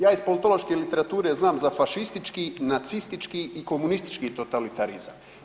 Ja iz politološke literature znam za fašistički, nacistički i komunistički totalitarizam.